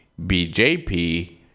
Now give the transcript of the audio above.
BJP